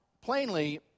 plainly